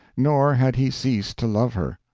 nor had he ceased to love her.